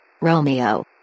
Romeo